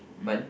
but